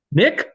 nick